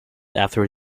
after